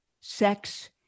sex